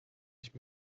ich